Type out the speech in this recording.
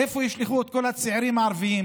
לאיפה ישלחו את כל הצעירים הערבים